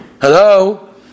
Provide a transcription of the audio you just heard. Hello